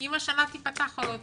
אם השנה תיפתח או לא תיפתח.